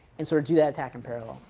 and sort of do that attack in parallel.